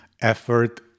effort